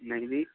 नहीं दी